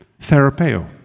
Therapeo